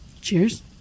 Cheers